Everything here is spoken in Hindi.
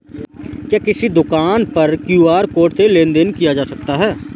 क्या किसी दुकान पर क्यू.आर कोड से लेन देन देन किया जा सकता है?